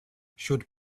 should